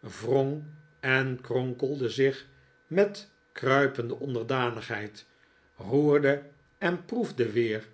wrong en kronkelde zich met kruipende onderdanigheid roerde en proefde weer